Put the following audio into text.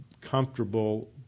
comfortable